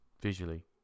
visually